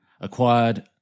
acquired